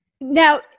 Now